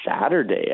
Saturday